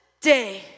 day